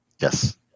Yes